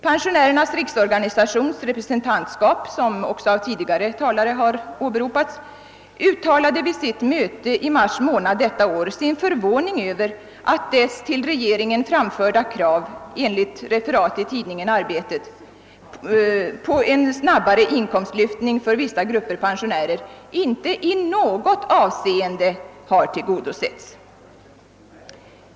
Pensionärernas riksorganisations representantskap, som också har åberopats av tidigare talare, uttalade vid sitt möte i mars månad detta år — enligt referat i tidningen Arbetet — sin förvåning över att dess till regeringen framförda krav på en snabbare inkomstlyftning för vissa grupper av pensionärer inte i något avseende har tillgodosetts.